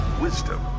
wisdom